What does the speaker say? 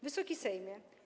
Wysoki Sejmie!